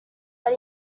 but